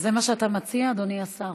זה מה שאתה מציע, אדוני השר?